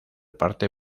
parte